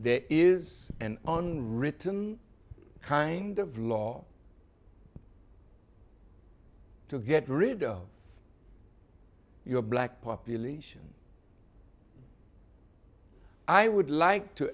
there is an on written kind of law to get rid of your black population i would like to